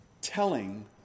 telling